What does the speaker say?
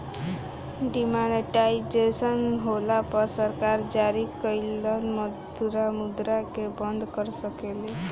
demonetisation होला पर सरकार जारी कइल मुद्रा के बंद कर सकेले